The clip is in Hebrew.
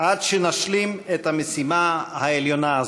עד שנשלים את המשימה העליונה הזאת.